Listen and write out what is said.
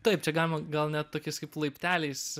taip čia galima gal ne tokiais kaip laipteliais